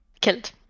killed